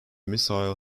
missile